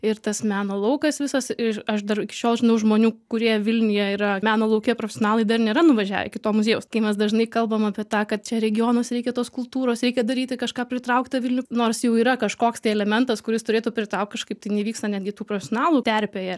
ir tas meno laukas visas ir aš dar iki šiol žinau žmonių kurie vilniuje yra meno lauke profesionalai dar nėra nuvažiavę iki to muziejaus kai mes dažnai kalbam apie tą kad čia regionuose reikia tos kultūros reikia daryti kažką pritraukti tą vilnių nors jau yra kažkoks tai elementas kuris turėtų pritraukti kažkaip tai neįvyksta netgi tų profesionalų terpėje